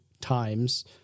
times